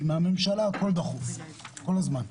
כי מהממשלה הכול דחוף כל הזמן.